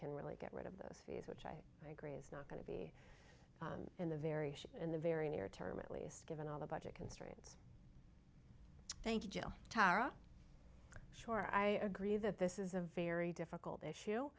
can really get rid of those fees which i agree is not going to be in the very sure in the very near term at least given all the budget constraints thank you jill sure i agree that this is a very difficult issue